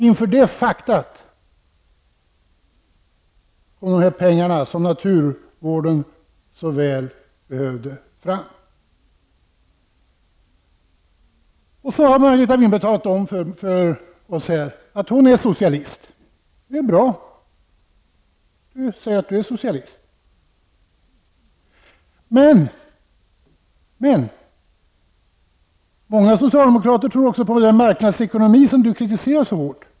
Inför detta faktum kom dessa pengar, som naturvården så väl behövde, fram. Margareta Winberg har talat om för oss här att hon är socialist. Det är bra. Men många socialdemokrater tror också på den marknadsekonomi som Margareta Winberg kritiserar så hårt.